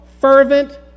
fervent